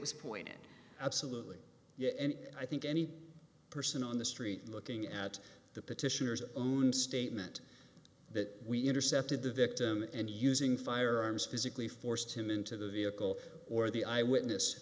was pointing absolutely yes and i think any person on the street looking at the petitioners own statement that we intercepted the victim and using firearms physically forced him into the vehicle or the eyewitness